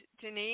Denise